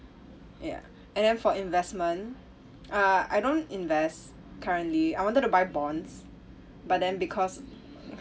ya and then for investment uh I don't invest currently I wanted to buy bonds but then because